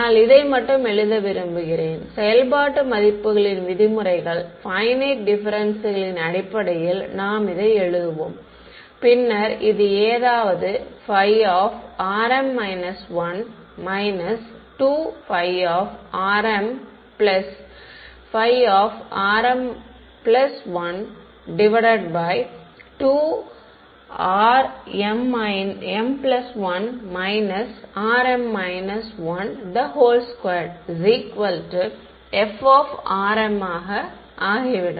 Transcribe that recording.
ஆனால் இதை மட்டும் எழுத விரும்புகிறேன் செயல்பாட்டு மதிப்புகளின் விதிமுறைகள் பையனைட் டிப்பெரன்ஸ்களின் அடிப்படையில் நாம் இதை எழுதுவோம் பின்னர் இது ஏதாவது 2rm12rm1 rm 12 f ஆக ஆகிவிடும்